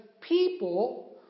people